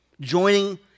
joining